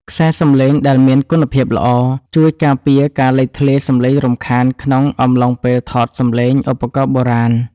ខ្សែសំឡេងដែលមានគុណភាពល្អ ជួយការពារការលេចធ្លាយសំឡេងរំខានក្នុងអំឡុងពេលថតសំឡេងឧបករណ៍បុរាណ។